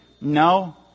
No